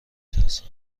ترسم